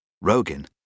Rogan